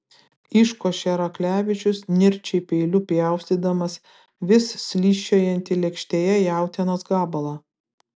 iškošė raklevičius nirčiai peiliu pjaustydamas vis slysčiojantį lėkštėje jautienos gabalą